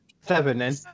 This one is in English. seven